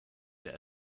der